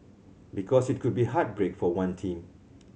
because it could be heartbreak for one team